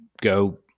go